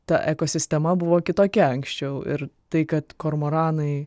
ta ekosistema buvo kitokia anksčiau ir tai kad kormoranai